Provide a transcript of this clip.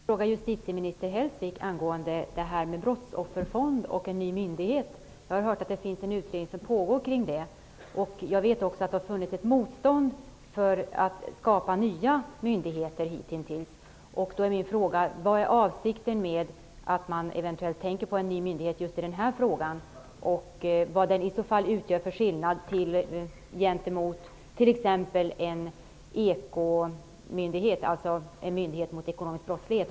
Fru talman! Jag vill ställa en fråga till justitieminister Gun Hellsvik angående en brottsofferfond och en ny myndighet. Jag har hört att det pågår en utredning kring detta. Jag vet också att det hitintills har funnits ett motstånd mot att skapa nya myndigheter. Jag vill fråga vad avsikten är med att man eventuellt tänker på en ny myndighet just i denna fråga och vad det i så fall är för skillnad gentemot en myndighet mot ekonomisk brottslighet.